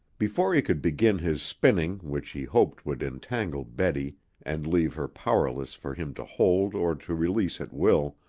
before he could begin his spinning which he hoped would entangle betty and leave her powerless for him to hold or to release at will,